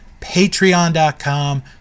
patreon.com